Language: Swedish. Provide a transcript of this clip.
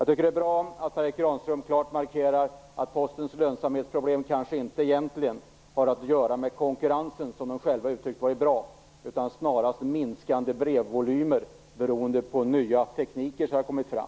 Det är bra att Per Erik Granström klart markerar att Postens lönsamhetsproblem kanske egentligen inte har att göra med konkurrensen, som de själva uttryckt varit bra, utan snarare med minskande brevvolymer beroende på de nya tekniker som har kommit fram.